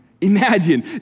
imagine